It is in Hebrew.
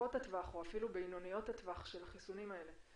ארוכות-הטווח או אפילו בינוניות-הטווח של החיסונים האלה?